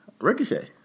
Ricochet